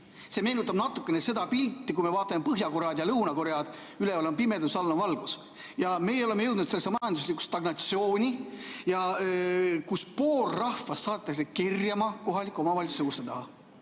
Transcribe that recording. See meenutab natukene seda pilti, kui me vaatame Põhja-Koread ja Lõuna-Koread – üleval on pimedus, all on valgus. Meie oleme jõudnud sellesse majanduslikku stagnatsiooni, kus pool rahvast saadetakse kerjama kohaliku omavalitsuse ukse taha.